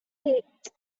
eight